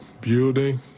building